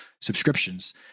subscriptions